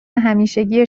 همیشگی